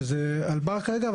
שזה אלבר כרגע.